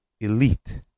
elite